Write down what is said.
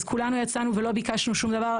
אז כולנו יצאנו ולא ביקשנו שום דבר.